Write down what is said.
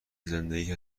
زندگی